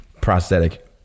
prosthetic